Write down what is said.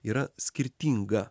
yra skirtinga